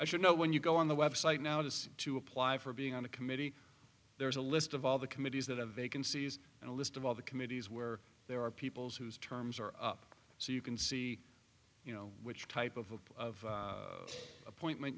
i should know when you go on the website now to see to apply for being on a committee there is a list of all the committees that have vacancies and a list of all the committees where there are peoples whose terms are up so you can see you know which type of appointment